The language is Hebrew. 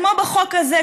כמו בחוק הזה,